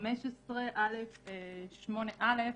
בסעיף 15א(8)(א),